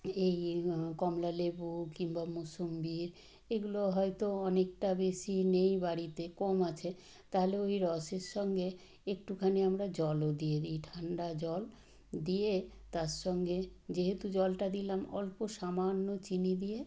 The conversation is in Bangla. এই এই কমলালেবু কিম্বা মুসুম্বি এগুলো হয়তো অনেকটা বেশি নেই বাড়িতে কম আছে তাহলে ওই রসের সঙ্গে একটুখানি আমরা জলও দিয়ে দিই ঠান্ডা জল দিয়ে তার সঙ্গে যেহেতু জলটা দিলাম অল্প সামান্য চিনি দিয়ে